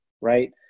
right